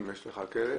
אם יש לך כלב,